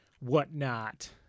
whatnot